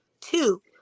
two